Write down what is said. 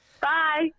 Bye